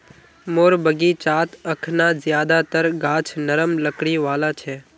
मोर बगीचात अखना ज्यादातर गाछ नरम लकड़ी वाला छ